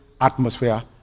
atmosphere